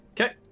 Okay